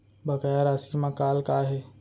बकाया राशि मा कॉल का हे?